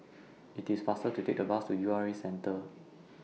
IT IS faster to Take The Bus to U R A Centre